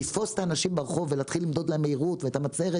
לתפוס את האנשים ברחוב ולהתחיל למדוד להם מהירות ואת המצערת,